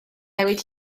newid